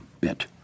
bit